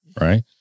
Right